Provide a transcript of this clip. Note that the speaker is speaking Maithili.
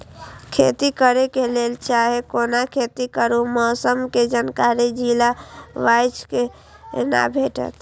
खेती करे के लेल चाहै कोनो खेती करू मौसम के जानकारी जिला वाईज के ना भेटेत?